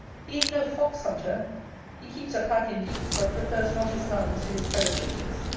he is no fox-hunter he keeps a pack indeed but prefers not his hounds to his fellow-creatures.